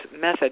method